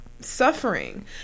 suffering